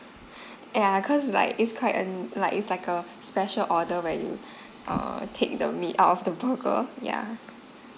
yeah cause like it's quite err like it's like a special order where err take the meat out of the burger yeah